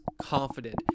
confident